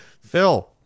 Phil